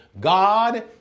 God